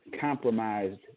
compromised